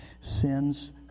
Sin's